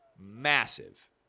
massive